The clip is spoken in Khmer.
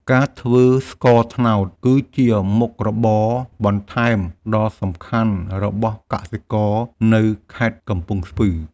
ការធ្វើស្ករត្នោតគឺជាមុខរបរបន្ថែមដ៏សំខាន់របស់កសិករនៅខេត្តកំពង់ស្ពឺ។